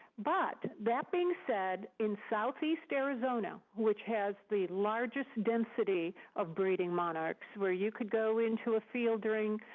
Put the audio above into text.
but that being said, in southeastern arizona, which has the largest density of breeding monarchs, where you could go into a field during